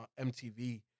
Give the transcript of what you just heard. MTV